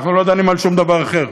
אנחנו לא דנים בשום דבר אחר.